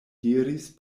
diris